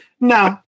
no